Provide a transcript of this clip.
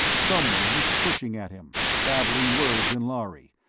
someone was pushing at him, babbling words in lhari,